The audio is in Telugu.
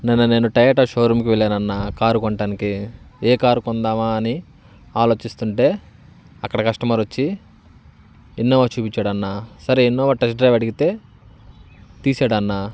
నిన్న నేను టయోటా షోరూంకి వెళ్ళానన్నా కారు కొనడానికి ఏ కారు కొందామా అని ఆలోచిస్తుంటే అక్కడ కస్టమర్ వచ్చి ఇన్నోవా చూపించాడు అన్నా సరే ఇన్నోవా టెస్ట్ డ్రైవ్ అడిగితే తీసాడన్నా